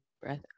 Breath